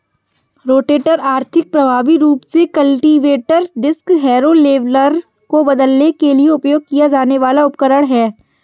rotator आर्थिक, प्रभावी रूप से कल्टीवेटर, डिस्क हैरो, लेवलर को बदलने के लिए उपयोग किया जाने वाला उपकरण है